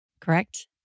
correct